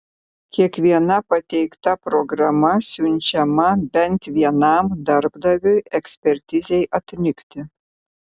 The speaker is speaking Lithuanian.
kiekviena pateikta programa siunčiama bent vienam darbdaviui ekspertizei atlikti